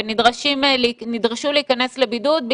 ונדרשו להיכנס לבידוד,